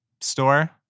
store